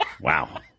Wow